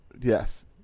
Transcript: Yes